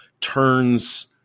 turns